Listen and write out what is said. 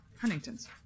Huntington's